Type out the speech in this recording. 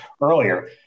earlier